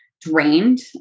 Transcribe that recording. drained